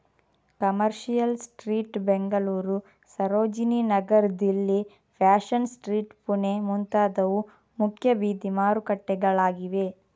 commercial Street Bengaluru, Sarojini Nagar Delhi, Fashion Street Pune ಮುಂತಾದವು ಮುಖ್ಯ ಬೀದಿ ಮಾರುಕಟ್ಟೆಗಳಾಗಿವೆ